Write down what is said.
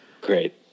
Great